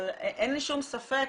אבל אין לי שום ספק,